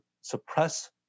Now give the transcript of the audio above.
suppress